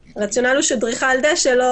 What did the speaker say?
הרציונל הוא שעל דריכה על דשא לא